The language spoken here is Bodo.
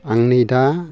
आंनि दा